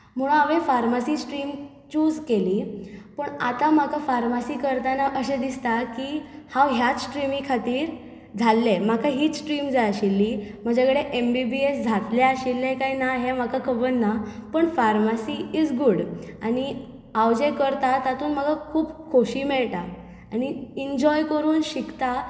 म्हणून हांवें pharmacy stream choose केली पूण आतां म्हाका फार्मासी करताना अशें दिसता की हांव ह्याच स्ट्रिमी खातीर जाल्लें म्हाका हीच स्ट्रीम जाय आशिल्ली म्हाजे कडेन एम बी बी एस जातलें आशिल्लें कांय ना हें म्हाका खबर ना पूण फार्मासी इज गूड आनी हांव जें करतां तातूंत म्हाका खूब खोशी मेळटा आनी इन्जॉय करून शिकतां